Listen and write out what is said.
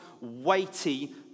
weighty